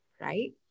Right